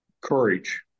courage